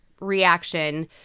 reaction